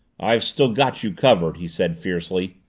i've still got you covered! he said fiercely.